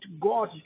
God